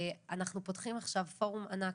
אנחנו פותחים עכשיו פורום ענק,